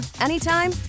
anytime